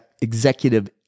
executive